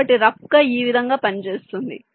కాబట్టి రఫ్ గా ఈ విధంగా పని చేస్తుంది